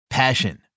Passion